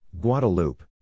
Guadeloupe